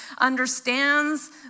understands